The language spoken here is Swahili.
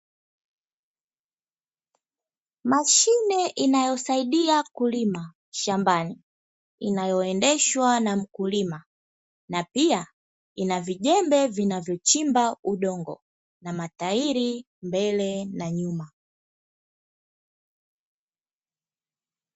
Mashine inayosaidia kulima shambani inayoendeshwa na mkulima na pia ina vijembe vinavyochimba udongo na matairi mbele na nyuma.